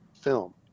film